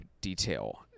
detail